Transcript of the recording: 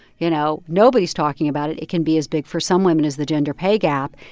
you know, nobody's talking about it. it can be as big for some women as the gender pay gap.